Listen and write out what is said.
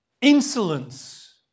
insolence